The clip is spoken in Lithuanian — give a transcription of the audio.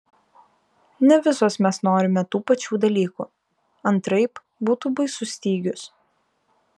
ne visos mes norime tų pačių dalykų antraip būtų baisus stygius